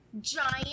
giant